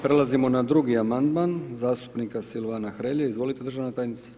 Prelazimo na drugi amandman zastupnika Silvana Hrelje, izvolite državne tajnice.